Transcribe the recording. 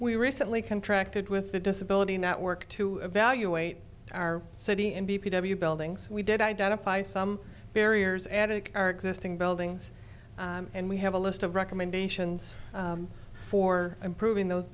we recently contracted with the disability network to evaluate our city and d p w buildings we did identify some barriers added our existing buildings and we have a list of recommendations for improving those